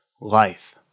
Life